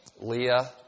Leah